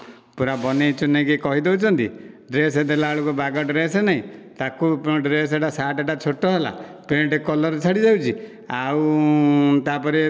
ପୂରା ବନେଇଚୁନେଇ କି କହି ଦେଉଛନ୍ତି ଡ୍ରେସ ଦେଲା ବେଳକୁ ବାଗ ଡ୍ରେସ ନାଇଁ ତାକୁ ଡ୍ରେସ ଟା ସାର୍ଟ ଟା ଛୋଟ ହେଲା ପ୍ୟାଣ୍ଟ କଲର ଛାଡ଼ି ଯାଉଛି ଆଉ ତାପରେ